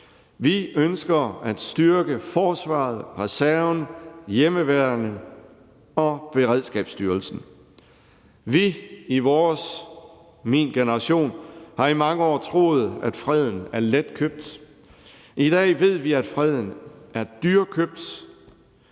Vi ønsker at styrke forsvaret, reserven, hjemmeværnet og Beredskabsstyrelsen. Vi i vores, min generation har i mange år troet, at freden er letkøbt. I dag ved vi, at freden er dyrekøbt,